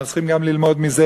אנחנו צריכים גם ללמוד מזה,